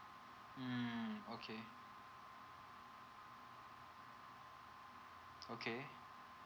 mm okay okay